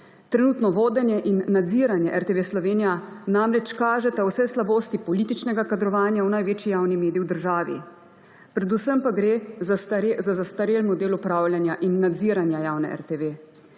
Trenutno vodenje in nadziranje RTV Slovenija namreč kažeta vse slabosti političnega kadrovanja v največji javni medij v državi. Predvsem pa gre za zastarel model upravljanja in nadziranja javne RTV.